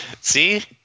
See